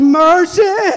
mercy